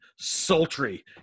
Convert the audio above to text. sultry